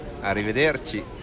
Arrivederci